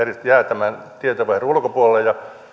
jäävät tämän tietojenvaihdon ulkopuolelle